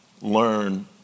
learn